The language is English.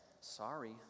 Sorry